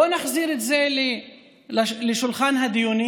בואו נחזיר את זה לשולחן הדיונים.